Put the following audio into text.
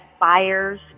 buyers